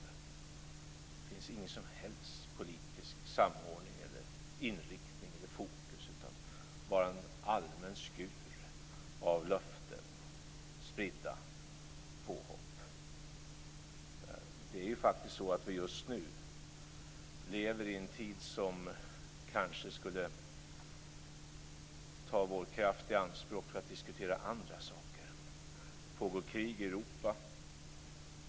Det finns ingen som helst politisk samordning, politisk inriktning eller politiskt fokus, utan bara en allmän skur av löften och spridda påhopp. Vi lever just nu i en tid som gör att vi kanske skulle ta vår kraft i anspråk för att diskutera andra saker. Det pågår krig i Europa.